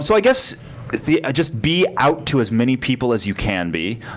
so i guess just be out to as many people as you can be.